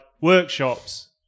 workshops